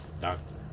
doctor